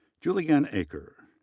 julianne aker,